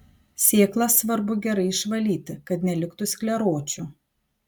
sėklas svarbu gerai išvalyti kad neliktų skleročių